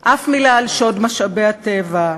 אף מילה על שוד משאבי הטבע,